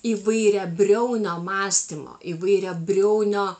įvairiabriaunio mąstymo įvairia briaunio